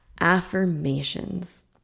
affirmations